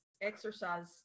exercise